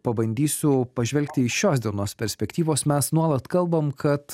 pabandysiu pažvelgti iš šios dienos perspektyvos mes nuolat kalbam kad